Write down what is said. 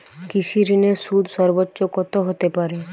কৃষিঋণের সুদ সর্বোচ্চ কত হতে পারে?